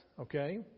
okay